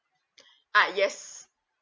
ah yes